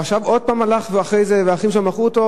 ועכשיו עוד פעם הוא הלך והאחים שלו מכרו אותו.